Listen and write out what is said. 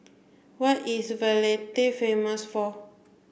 what is Valletta famous for